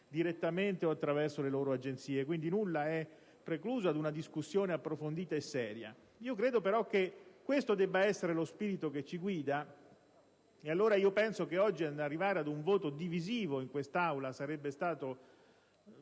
direttamente o attraverso le loro Agenzie: nulla è precluso ad una discussione approfondita e seria. Credo però che questo debba essere lo spirito che ci guida, e allora penso che arrivare oggi ad un voto diviso in quest'Aula sarebbe stato